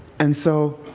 and so,